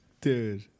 Dude